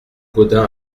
gaudin